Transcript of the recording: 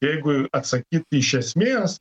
jeigu atsakyt iš esmės